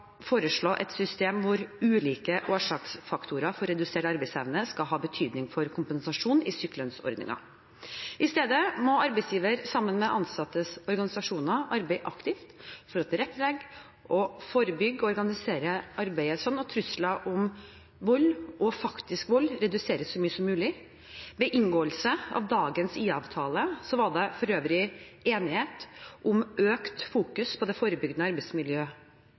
foreslå et system hvor ulike årsaksfaktorer for redusert arbeidsevne skal ha betydning for kompensasjonen i sykelønnsordningen. I stedet må arbeidsgiver sammen med ansattes organisasjoner arbeide aktivt for å tilrettelegge og forebygge og organisere arbeidet slik at trusler om vold og faktisk vold reduseres så mye som mulig. Ved inngåelse av dagens IA-avtale var det for øvrig enighet om økt fokus på det forebyggende